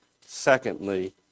Secondly